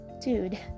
Dude